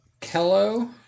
Kello